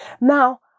Now